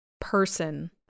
person